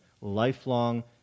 lifelong